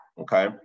Okay